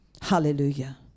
Hallelujah